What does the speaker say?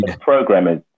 programmers